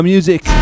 Music